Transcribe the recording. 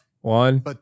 One